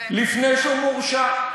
לפני שהוא מורשע.